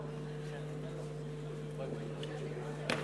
(חותם על ההצהרה)